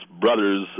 brother's